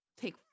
take